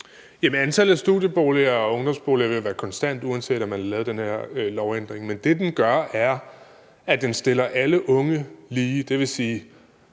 Antallet af studieboliger og ungdomsboliger vil være konstant, uanset om man lavede den her lovændring. Men det, den gør, er, at den stiller alle unge lige.